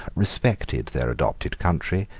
respected their adopted country,